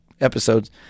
episodes